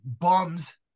bums